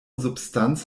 substanz